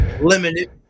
limited